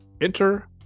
Enter